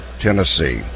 Tennessee